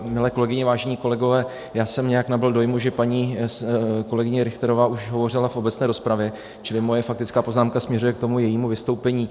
Milé kolegyně, vážení kolegové, já jsem nějak nabyl dojmu, že paní kolegyně Richterová už hovořila v obecné rozpravě, čili moje faktická poznámka směřuje k jejímu vystoupení.